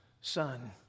Son